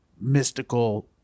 mystical